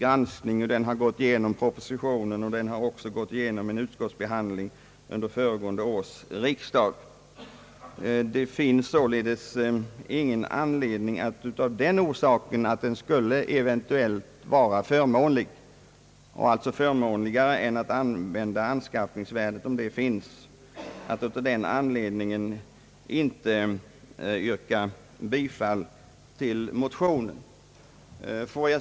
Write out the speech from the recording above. Regeln har framlagts i propositionen, och den har också gått igenom en utskottsbehandling under föregående års riksdag. Det förhållandet att denna regel skulle ge ett förmånligare resultat än om man använder anskaffningsvärdet, om sådant finns, är alltså ingen anledning att inte yrka bifall till motionen.